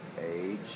age